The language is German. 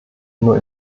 nur